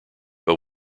but